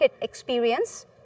experience